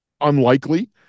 unlikely